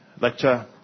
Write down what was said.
lecture